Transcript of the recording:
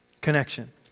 Connection